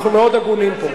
אנחנו מאוד הגונים פה.